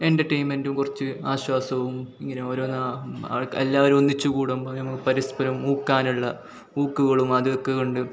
എൻ്റർടെയ്ൻമെൻടും കുറച്ച് ആശ്വാസവും ഇങ്ങനെ ഓരോന്നാ ആൾക്കാരും എല്ലാവരും ഒന്നിച്ച് കൂടുമ്പം നമ്മൾ പരസ്പരം ഊക്കാനുള്ള ഊക്ക്കളും അത് ഒക്കെ കണ്ടു